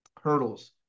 hurdles